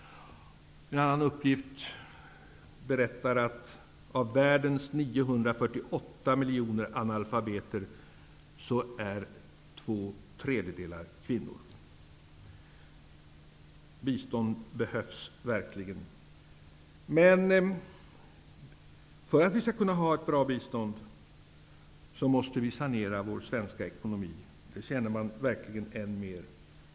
En annan uppgift berättar att 2/3 av världens 948 miljoner analfabeter är kvinnor. Bistånd behövs verkligen. För att vi skall kunna ha ett bra bistånd måste vi sanera vår svenska ekonomi -- det känner jag verkligen ännu mer.